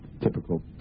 typical